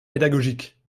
pédagogiques